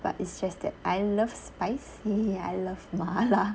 but it's just that I love spicy I love 麻辣